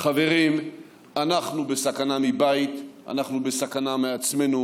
חברים, אנחנו בסכנה מבית, אנחנו בסכנה מעצמנו.